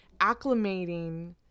acclimating